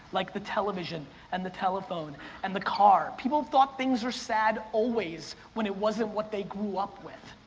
like the television and the telephone and the car. people thought things were sad always when it wasn't what they grew up with.